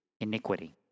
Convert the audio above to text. iniquity